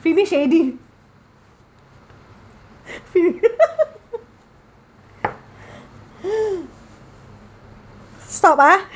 finish already finish stop ah